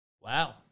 Wow